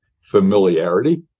familiarity